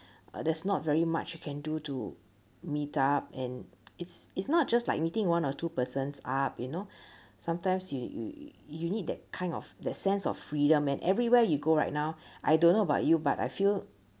uh there's not very much you can do to meetup and it's it's not just like meeting one or two persons up you know sometimes you you you need that kind of that sense of freedom and everywhere you go right now I don't know about you but I feel